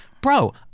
bro